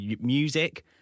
Music